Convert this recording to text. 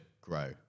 grow